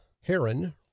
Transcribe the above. Heron